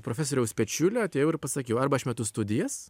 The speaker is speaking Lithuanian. profesoriaus pečiulio atėjau ir pasakiau arba aš metu studijas